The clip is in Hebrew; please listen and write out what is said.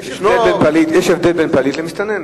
יש הבדל בין פליט למסתנן.